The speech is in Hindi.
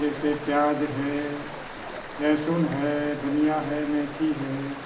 जैसे प्याज है लहसुन है धनिया है मेथी है